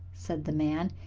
said the man.